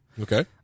Okay